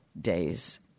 days